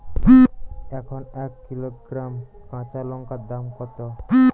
এখন এক কিলোগ্রাম কাঁচা লঙ্কার দাম কত?